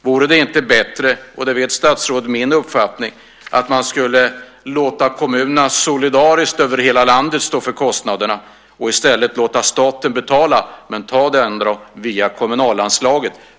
Vore det inte bättre - och där känner statsrådet till min uppfattning - att man lät kommunerna över hela landet solidariskt stå för kostnaderna genom att staten i stället betalade via kommunalanslaget?